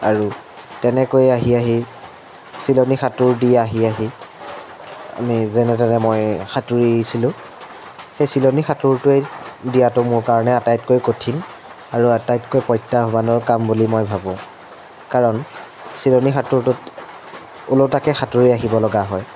আৰু তেনেকৈ আহি আহি চিলনি সাঁতোৰ দি আহি আহি আমি যেনে তেনে মই সাঁতুৰিছিলোঁ সেই চিলনি সাঁতোৰটোৱে দিয়াতো মোৰ কাৰণে আটাইতকৈ কঠিন আৰু আটাইতকৈ প্ৰত্যাহ্বানৰ কাম বুলি মই ভাবোঁ কাৰণ চিলনি সাঁতোৰটোত ওলোটাকৈ সাঁতুৰি আহিব লগা হয়